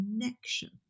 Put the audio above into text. connection